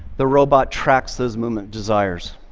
the robot tracks those movement desires.